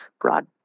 broad